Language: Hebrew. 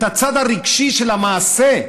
את הצד הרגשי של המעשה,